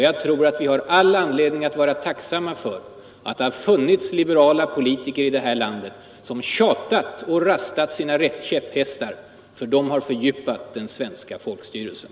Jag tror att vi har all anledning att vara tacksamma för att det har funnits liberala politiker här i landet som tjatat och rastat sina käpphästar det har fördjupat den svenska folkstyrelsen.